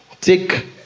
take